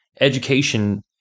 education